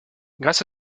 grâce